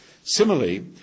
Similarly